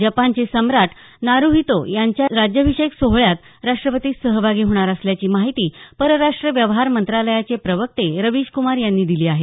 जपानचे सम्राट नारुहितो यांच्या राज्यभिषेक सोहळ्यात राष्ट्रपती सहभागी होणार असल्याची माहिती परराष्ट्र व्यवहार मंत्रालयाचे प्रवक्ते रवीश कुमार यांनी दिली आहे